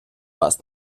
вас